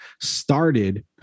started